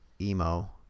emo